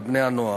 על בני-הנוער.